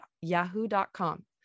yahoo.com